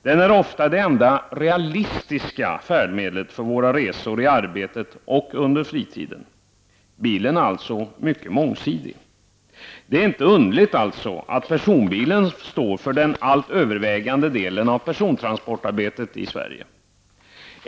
Den är ofta det enda realistiska färdmedlet för våra resor i arbetet och under fritiden. Bilen är alltså mycket mångsidig. Det är således inte underligt att personbilen står för den allt övervägande delen av persontransportarbetet i Sverige.